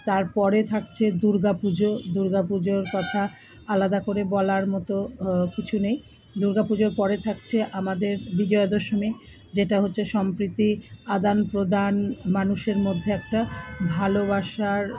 তারপরে থাকছে দুর্গা পুজো দুর্গা পুজোর কথা আলাদা করে বলার মতো কিছু নেই দুর্গা পুজোর পরে থাকছে আমাদের বিজয়া দশমী যেটা হচ্ছে সম্প্রীতি আদান প্রদান মানুষের মধ্যে একটা ভালোবাসার